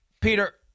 Peter